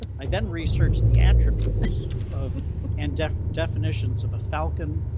i then researched the attributes of and definitions of a falcon,